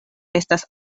estas